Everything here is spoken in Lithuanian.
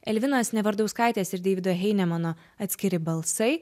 elvinos nevardauskaitės ir deivido heinemano atskiri balsai